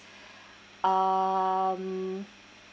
um